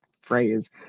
phrase